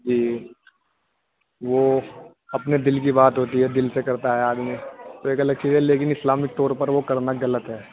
جی وہ اپنے دل کی بات ہوتی ہے دل سے کرتا ہے آدمی تو ایک الگ چیز ہے لیکن اسلامک طور پر وہ کرنا غلط ہے